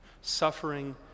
Suffering